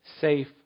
safe